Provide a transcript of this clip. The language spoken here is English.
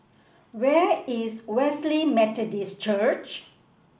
where is Wesley Methodist Church